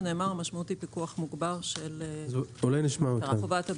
היא פיקוח מוגבר של חובת הבידוד.